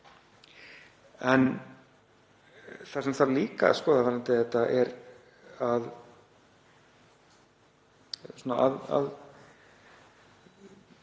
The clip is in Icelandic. En það sem þarf líka að skoða varðandi þetta er, að